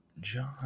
John